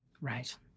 Right